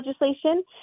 legislation